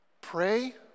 pray